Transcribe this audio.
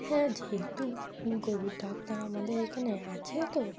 হ্যাঁ যেহেতু গরুর ডাক্তার আমাদের এখানে আছে তো